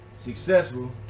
successful